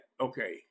okay